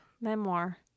memoir